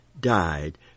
died